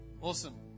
Awesome